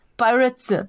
pirates